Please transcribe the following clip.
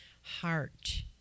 heart